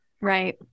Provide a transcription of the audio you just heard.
Right